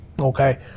Okay